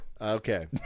Okay